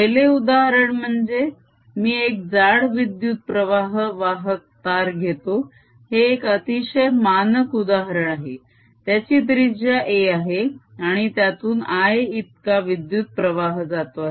पहिले उदाहरण म्हणजे मी एक जाड विद्युत प्रवाह वाहक तार घेतो हे एक अतिशय मानक उदाहरण आहे त्याची त्रिजा a आहे आणि त्यातून I इतका विद्युत प्रवाह जातो आहे